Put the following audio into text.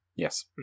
Yes